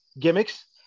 gimmicks